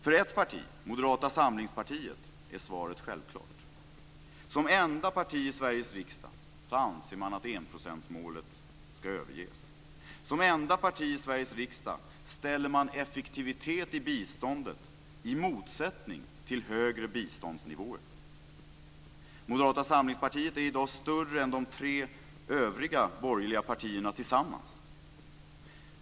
För ett parti, Moderata samlingspartiet, är svaret självklart. Som enda parti i Sveriges riksdag anser man att enprocentsmålet ska överges. Som enda parti i Sveriges riksdag ställer man effektivitet i biståndet i motsättning till högre biståndsnivåer. Moderata samlingspartiet är i dag större än de tre övriga borgerliga partierna tillsammans.